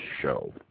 show